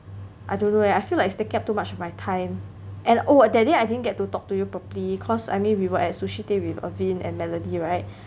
I don't know leh I feel like it's taking up too much of my time and oh that day I didn't get to talk to you properly cause I mean we were at Sushi Tei with Ervin and Melody right